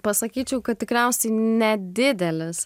pasakyčiau kad tikriausiai ne didelis